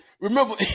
Remember